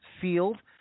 Field